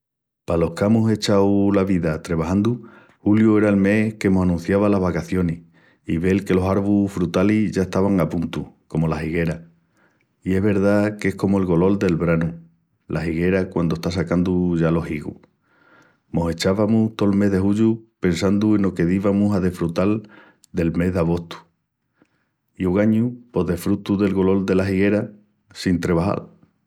Palos qu'amus echau la vida trebajandu, juliu era el mes que mos anunciava las vagacionis i vel que los arvus frutalis ya estavan a puntu, comu las higueras. I es verdá ques comu el golol del branu, la higuera quandu está sacandu ya los higus. Mos echavamus tol mes de juliu pensandu eno que divamus a desfrutal del mes d'abostu. I ogañu pos desfrutu del golol dela higuera sin trebajal.